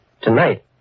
Tonight